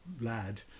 lad